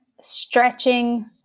stretching